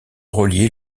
relier